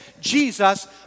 Jesus